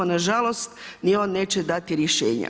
Nažalost ni on neće dati rješenja.